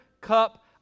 cup